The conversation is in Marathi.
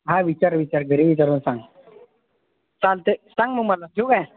हां विचार विचार घरी विचारून सांग चालतं आहे सांग मग मला ठेवू काय